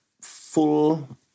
full